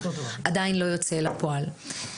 עדיין לא יוצא לפועל.